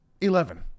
Eleven